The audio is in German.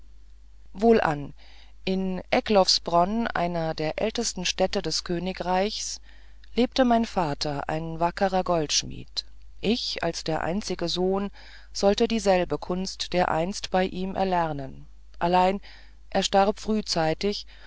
wohlan in egloffsbronn einer der ältesten städte des königreichs lebte mein vater ein wackerer goldschmied ich als der einzige sohn sollte dieselbe kunst dereinst bei ihm erlernen allein er starb frühzeitig